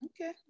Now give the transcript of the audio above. Okay